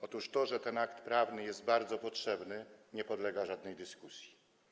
Otóż to, że ten akt prawny jest bardzo potrzebny, nie podlega żadnej dyskusji.